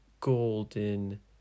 golden